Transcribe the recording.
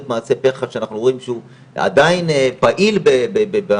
מעשה פח"ע שאנחנו רואים שהוא עדיין פעיל בפעולות